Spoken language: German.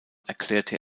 erklärte